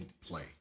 play